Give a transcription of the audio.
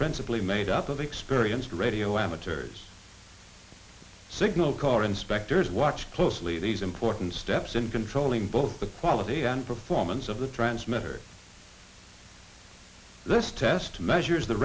principally made up of experienced radio amateurs signal corps inspectors watch closely these important steps in controlling both the quality and performance of the transmitter this test measures the